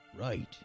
Right